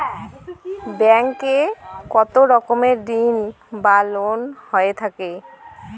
Bank এ কত রকমের ঋণ বা লোন হয়ে থাকে?